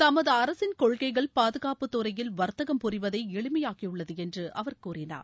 தமது அரசின் கொள்கைகள் பாதுகாப்பு துறையில் வர்த்தகம் புரிவதை எளிமையாக்கியுள்ளது என்று அவர் கூறினார்